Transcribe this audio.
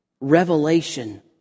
revelation